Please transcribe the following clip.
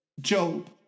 Job